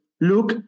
look